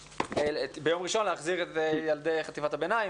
ביום ראשון, את ילדי חטיבות הביניים.